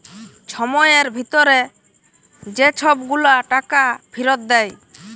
ছময়ের ভিতরে যে ছব গুলা টাকা ফিরত দেয়